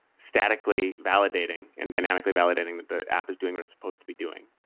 statically validating and dynamically validating that the app is doing what it's supposed to be doing,